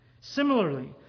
Similarly